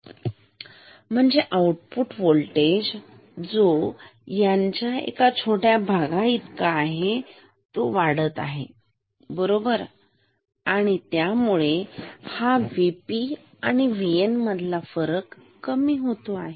तर म्हणजे output voltage जो यांच्या एका छोट्या भागात इतका आहे तो वाढत आहे बरोबर आणि त्यामुळे हा VP आणि VN मधला फरक कमी होत आहे